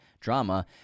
Drama